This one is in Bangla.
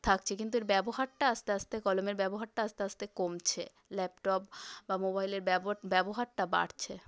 থাকছে কিন্তু এর ব্যবহারটা আস্তে আস্তে কলমের ব্যবহারটা আস্তে আস্তে কমছে ল্যাপটপ বা মোবাইলের ব্যবহারটা বাড়ছে